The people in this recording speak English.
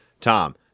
Tom